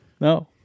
No